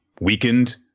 weakened